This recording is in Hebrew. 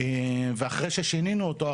ואחרי ששינינו אותו,